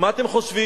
מה אתם חושבים?